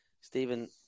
Stephen